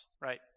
right